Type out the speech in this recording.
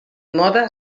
mode